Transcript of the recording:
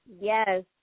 Yes